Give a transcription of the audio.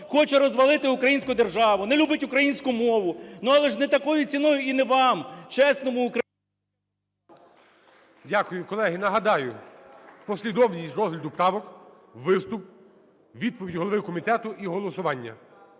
хоче розвалити українську державу, не любить українську мову. Але ж не такою ціною і не вам, чесному… ГОЛОВУЮЧИЙ. Дякую. Колеги, нагадаю, послідовність розгляду правок: виступ, відповідь голови комітету і голосування.